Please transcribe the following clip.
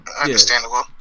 Understandable